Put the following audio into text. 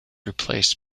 replaced